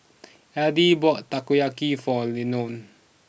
Addie bought Takoyaki for Leonel